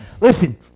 Listen